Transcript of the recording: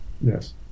Yes